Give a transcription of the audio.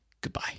goodbye